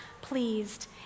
pleased